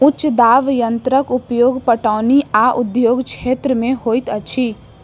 उच्च दाब यंत्रक उपयोग पटौनी आ उद्योग क्षेत्र में होइत अछि